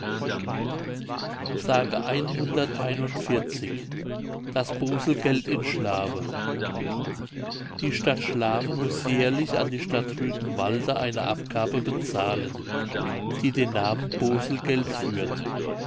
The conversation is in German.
s das bozelgeld in schlawe die stadt schlawe muß jährlich an die stadt rügenwalde eine abgabe bezahlen die den namen bozelgeld führt